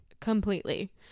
completely